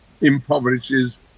impoverishes